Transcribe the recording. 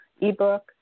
ebook